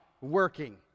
working